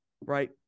right